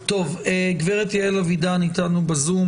גברת יעל אבידן איתנו בזום